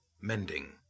mending